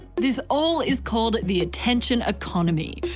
this all is called the attention economy,